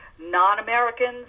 non-Americans